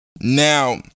now